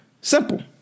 Simple